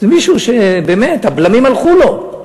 זה מישהו שבאמת הבלמים הלכו לו.